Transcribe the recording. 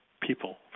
people